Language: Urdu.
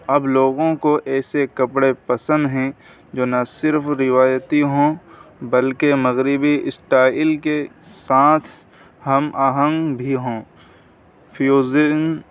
اب لوگوں کو ایسے کپڑے پسند ہیں جو نہ صرف روایتی ہوں بلکہ مغربی اسٹائل کے ساتھ ہم آہنگ بھی ہوں فیوزن